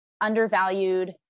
undervalued